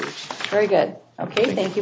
is very good ok thank you